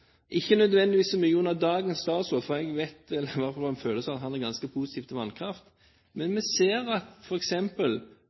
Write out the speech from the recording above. ikke nødvendigvis så mye under dagens statsråd, for jeg får i hvert fall en følelse av at han er ganske positiv til vannkraft